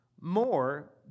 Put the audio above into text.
more